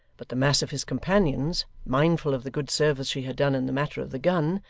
but the mass of his companions, mindful of the good service she had done in the matter of the gun,